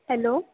hello